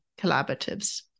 collaboratives